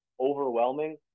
overwhelming